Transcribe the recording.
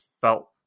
felt